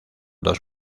dos